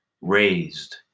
raised